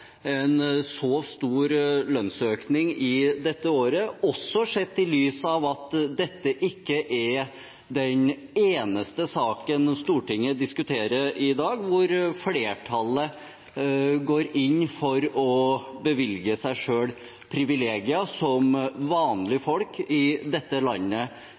en så stor lønnsøkning dette året, også sett i lys av at dette ikke er den eneste saken Stortinget diskuterer i dag hvor flertallet går inn for å bevilge seg selv privilegier som vanlige folk i dette landet